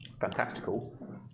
fantastical